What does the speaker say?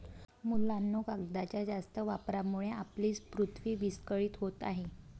मुलांनो, कागदाच्या जास्त वापरामुळे आपली पृथ्वी विस्कळीत होत आहे